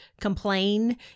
complain